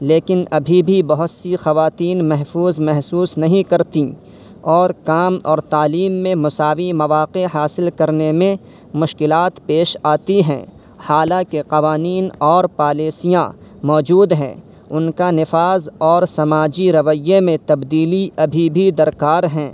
لیکن ابھی بھی بہت سی خواتین محفوظ محسوس نہیں کرتیں اور کام اور تعلیم میں مساوی مواقع حاصل کرنے میں مشکلات پیش آتی ہیں حالاں کہ قوانین اور پالیسیاں موجود ہیں ان کا نفاذ اور سماجی رویے میں تبدیلی ابھی بھی درکار ہیں